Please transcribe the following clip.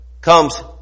comes